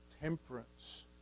temperance